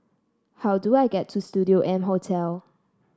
how do I get to Studio M Hotel